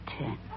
ten